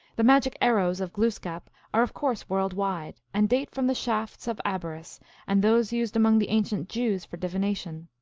the magic arrows of glooskap are of course world wide, and date from the shafts of abaris and those used among the ancient jews for divination.